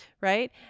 Right